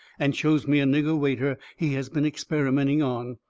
and shows me a nigger waiter he has been experimenting on.